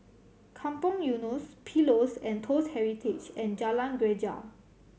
Kampong Eunos Pillows and Toast Heritage and Jalan Greja